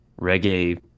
reggae